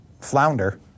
flounder